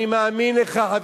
אני מאמין לך,